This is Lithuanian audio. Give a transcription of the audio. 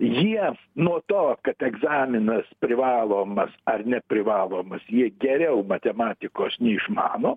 jie nuo to kad egzaminas privalomas ar neprivalomas jie geriau matematikos neišmano